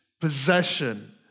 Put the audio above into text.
possession